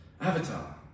Avatar